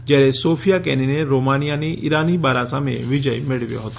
જ્યારે સોફિયા કેનીને રોમાનિયાની ઈરાની બારા સામે વિજય મેળવ્યો હતો